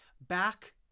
Back